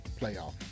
playoff